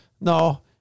no